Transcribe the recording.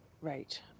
right